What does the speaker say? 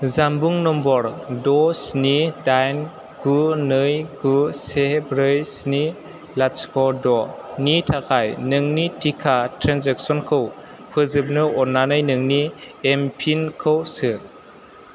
जानबुं नम्बर द' स्नि डाइन गु नै गु से ब्रै स्नि लाथिख' द' नि थाखाय नोंनि टिका ट्रेनजेक्सनखौ फोजोबनो अन्नानै नोंनि एमपिन खौ सो